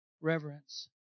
Reverence